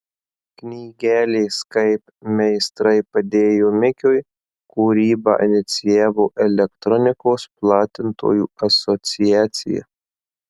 knygelės kaip meistrai padėjo mikiui kūrybą inicijavo elektronikos platintojų asociacija